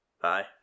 Bye